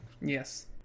Yes